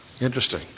Interesting